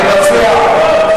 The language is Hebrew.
אני מציע,